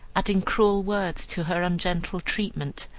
adding cruel words to her ungentle treatment,